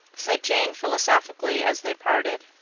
said jane philosophically as they parted.